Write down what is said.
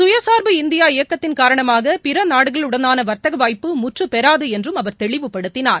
சுயசா்பு இந்தியா இயக்கத்தின் காரணமாக பிற நாடுகளுடனான வா்த்தக வாய்ப்பு முற்றுபெறாது என்றும் அவர் தெளிவுபடுத்தினார்